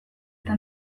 eta